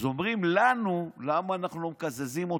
אז אומרים לנו למה אנחנו לא מקזזים אותה.